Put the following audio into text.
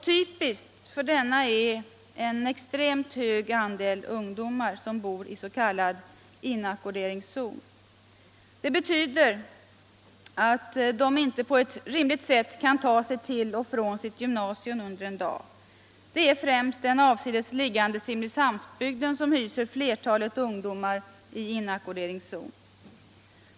Typiskt för denna är en extremt hög andel ung domar, som bor i s.k. inackorderingszon. Det betyder att de inte på ett rimligt sätt kän ta sig till och från sitt gymnasium under en dag. Det är främst den avsides liggande Simrishamnsbygden som hyser flertalet ungdomar i inackorderingszon.